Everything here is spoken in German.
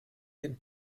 den